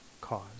cause